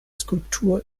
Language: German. skulptur